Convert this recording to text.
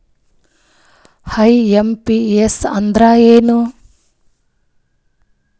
IMPS ಅಂದ್ರ ಏನು?